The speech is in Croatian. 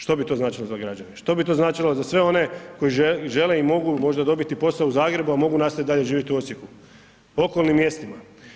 Što bi to značilo za građane, što bi to značilo za sve one koji žele i mogu možda dobiti posao u Zagrebu, a mogu nastaviti dalje živjeti u Osijeku, okolnim mjestima?